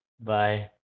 Bye